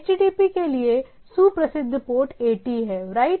HTTP के लिए सुप्रसिद्ध पोर्ट 80 है राइट